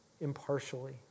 impartially